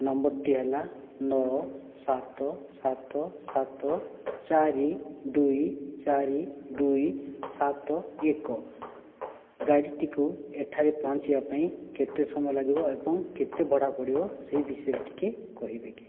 ନମ୍ବରଟି ହେଲା ନଅ ସାତ ସାତ ସାତ ଚାରି ଦୁଇ ଚାରି ଦୁଇ ସାତ ଏକ ଗାଡ଼ିଟିକୁ ଏଠାରେ ପହଞ୍ଚିବା ପାଇଁ କେତେ ସମୟ ଲାଗିବ ଏବଂ କେତେ ଭଡ଼ା ପଡ଼ିବ ସେହି ବିଷୟରେ ଟିକେ କହିବେ କି